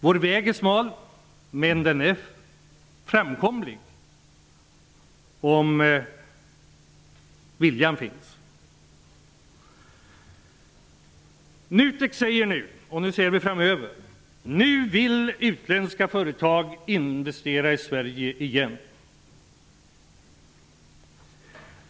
Vår väg är smal, men den är framkomlig, om viljan finns. Låt oss nu se framåt. Nutek säger att utländska företag nu vill investera i Sverige igen.